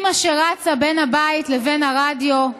אימא שרצה בין הבית לבין הרדיו,